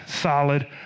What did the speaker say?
solid